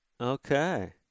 Okay